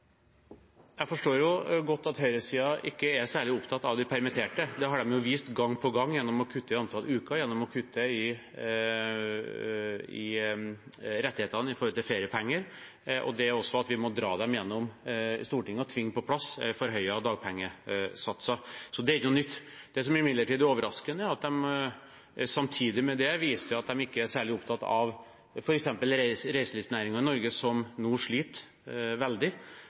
Jeg forstår jo godt at høyresiden ikke er særlig opptatt av de permitterte. Det har de vist gang på gang gjennom å kutte i antall uker, gjennom å kutte i rettighetene i forbindelse med feriepenger og også at vi må dra dem til Stortinget og tvinge på plass forhøyete dagpengesatser. Det er ikke noe nytt. Det som imidlertid er overraskende, er at de samtidig med det viser at de ikke er særlig opptatt av f.eks. reiselivsnæringen i Norge, som nå sliter veldig,